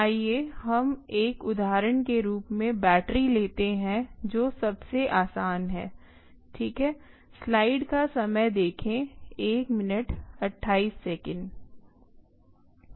आइए हम एक उदाहरण के रूप में बैटरी लेते हैं जो सबसे आसान है ठीक है